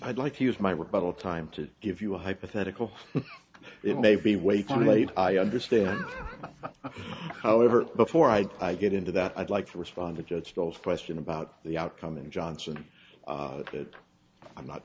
i'd like to use my rebuttal time to give you a hypothetical it may be way too late i understand however before i'd get into that i'd like to respond to judge those question about the outcome and johnson that i'm not